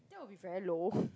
that will be very low